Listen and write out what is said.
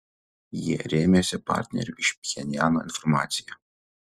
jie rėmėsi partnerių iš pchenjano informacija